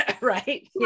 Right